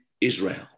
Israel